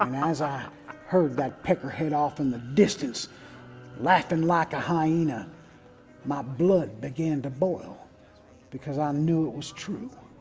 um as i heard that peckerhead off in the distance laughing like a hyena my blood began to boil because i um knew it was true